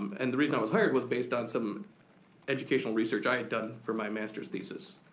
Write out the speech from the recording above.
and the reason i was hired was based on some educational research i had done for my master's thesis.